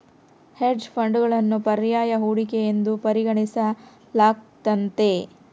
hedge ಫಂಡ್ಗಳನ್ನು ಪರ್ಯಾಯ ಹೂಡಿಕೆ ಎಂದು ಪರಿಗಣಿಸಲಾಗ್ತತೆ